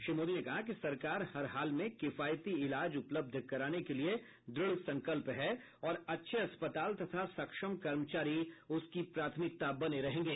श्री मोदी ने कहा कि सरकार हर हाल में किफायती इलाज उपलब्ध कराने के लिए दृढसंकल्प हैं और अच्छे अस्पताल तथा सक्षम कर्मचारी उसकी प्राथमिकता बने रहेंगे